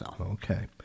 Okay